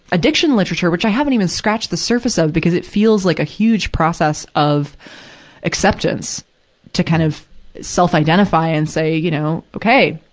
addiction literature which i haven't even scratched the surface of, because it feels like a huge process of acceptance to kind of self-identify and say, you know, okay!